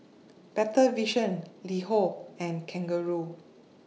Better Vision LiHo and Kangaroo